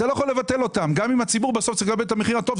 אתה לא יכול לבטל אותם גם אם הציבור בסוף צריך לקבל את המחיר הטוב.